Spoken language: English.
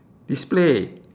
display